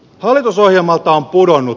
hallitusohjelma on pudonnut